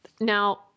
Now